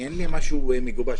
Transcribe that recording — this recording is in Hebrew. אין לי משהו מגובש,